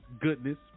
goodness